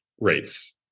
rates